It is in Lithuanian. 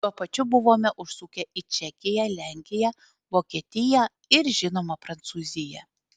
tuo pačiu buvome užsukę į čekiją lenkiją vokietiją ir žinoma prancūziją